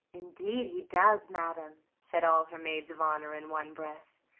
indeed he does, madam, said all her maids of honor in one breath.